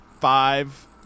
five